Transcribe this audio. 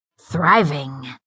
Thriving